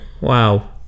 Wow